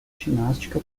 ginástica